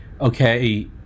okay